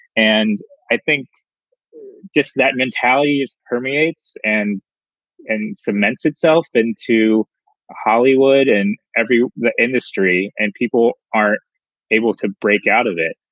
and i think just that mentality is permeates and and cements itself into hollywood and every industry and people are able to break out of it.